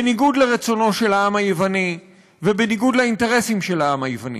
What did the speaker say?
בניגוד לרצונו של העם היווני